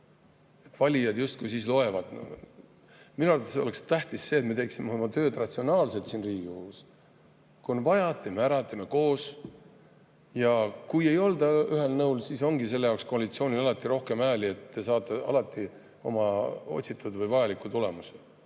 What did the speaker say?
Valijad justkui siis loevad. Minu arvates on tähtis see, et me teeksime oma tööd ratsionaalselt siin Riigikogus. Kui on vaja, teeme ära, teeme koos. Kui ei olda ühel nõul, siis ongi selle jaoks koalitsioonil rohkem hääli, et saada alati oma otsitud või vajalik tulemus.